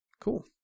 Cool